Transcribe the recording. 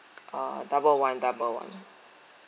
uh double one double one